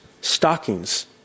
stockings